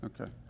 Okay